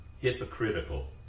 hypocritical